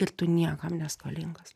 ir tu niekam neskolingas